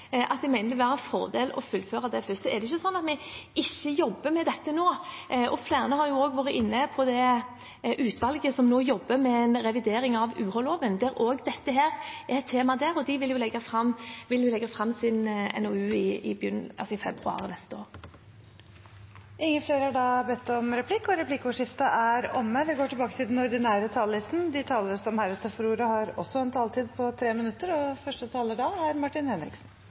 at jeg mener det vil være en fordel å fullføre det først. Så er det ikke slik at vi ikke jobber med dette nå. Flere har jo også vært inne på det utvalget som nå jobber med revidering av universitets- og høyskoleloven, der også dette er et tema, og de vil legge fram sin NOU i februar neste år. Replikkordskiftet er omme. De talere som heretter får ordet, har også en taletid på inntil 3 minutter. Arbeiderpartiet hadde ønsket en ny levekårsundersøkelse for studenter. Det ville gitt oss en samlet og komplett oversikt over studentenes situasjon. Vi kunne også ha sett endring over tid på en bedre måte med dagens undersøkelser. Jeg syns det er